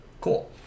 cool